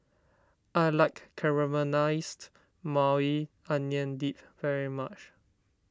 I like Caramelized Maui Onion Dip very much